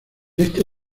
este